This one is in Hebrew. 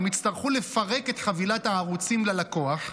הן תצטרכנה לפרק את חבילת הערוצים ללקוח,